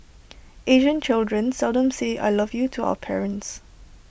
Asian children seldom say I love you to our parents